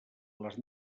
les